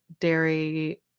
dairy